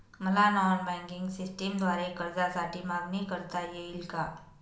मला non banking सिस्टमद्वारे कर्जासाठी मागणी करता येईल का?